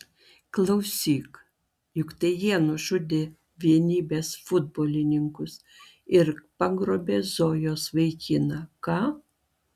klausyk juk tai jie nužudė vienybės futbolininkus ir pagrobė zojos vaikiną ką